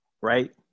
right